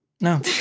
no